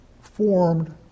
formed